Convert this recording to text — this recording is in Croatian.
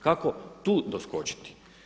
Kako tu doskočiti?